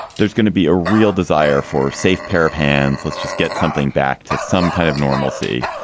there's gonna be a real desire for a safe pair of hands. let's just get something back to some kind of normalcy.